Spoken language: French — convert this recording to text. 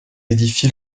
édifié